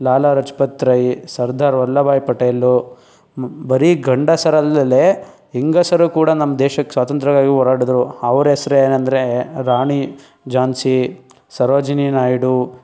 ಲಾಲಾ ಲಜಪತ್ ರಾಯ್ ಸರ್ದಾರ್ ವಲ್ಲಭಾಯ್ ಪಟೇಲ್ ಬರೀ ಗಂಡಸರಲ್ದೆಲೆ ಹೆಂಗಸರು ಕೂಡ ನಮ್ಮ ದೇಶಕ್ಕೆ ಸ್ವಾತಂತ್ರ್ಯಕ್ಕಾಗಿ ಹೋರಾಡಿದ್ರು ಅವರ ಹೆಸರು ಏನು ಅಂದರೆ ರಾಣಿ ಝಾನ್ಸಿ ಸರೋಜಿನಿ ನಾಯ್ಡು